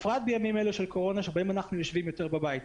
בפרט בימים אלה של קורונה בהם אנחנו יושבים יותר בבית.